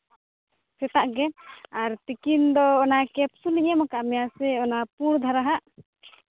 ᱥᱮᱛᱟᱜ ᱜᱮ ᱟᱨ ᱛᱤᱠᱤᱱ ᱫᱚ ᱚᱱᱟ ᱠᱮᱯᱥᱩᱞᱤᱧ ᱮᱢ ᱠᱟᱜ ᱢᱮᱭᱟ ᱥᱮ ᱚᱱᱟ ᱯᱩᱲ ᱫᱷᱟᱨᱟ ᱟᱜ